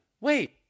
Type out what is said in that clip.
wait